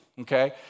okay